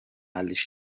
حلش